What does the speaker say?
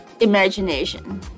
imagination